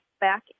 Back